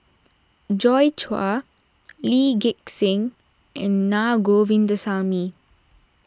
Joi Chua Lee Gek Seng and Naa Govindasamy